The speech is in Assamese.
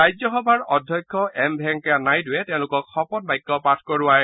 ৰাজ্যসভাৰ অধ্যক্ষ এম ভেংকেয়া নাইডুৱে তেওঁলোকক শপত বাক্য পাঠ কৰোৱায়